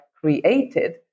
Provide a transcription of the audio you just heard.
created